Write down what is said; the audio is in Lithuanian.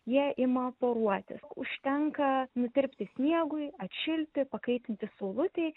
jie ima poruotis užtenka nutirpti sniegui atšilti pakaitinti saulutei